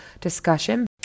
discussion